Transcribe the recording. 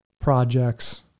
projects